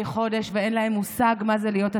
חודש ואין להם מושג מה זה להיות עצמאי,